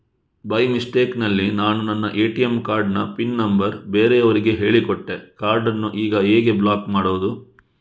By mistake ನಲ್ಲಿ ನಾನು ನನ್ನ ಎ.ಟಿ.ಎಂ ಕಾರ್ಡ್ ನ ಪಿನ್ ನಂಬರ್ ಬೇರೆಯವರಿಗೆ ಹೇಳಿಕೊಟ್ಟೆ ಕಾರ್ಡನ್ನು ಈಗ ಹೇಗೆ ಬ್ಲಾಕ್ ಮಾಡುವುದು?